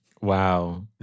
Wow